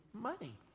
money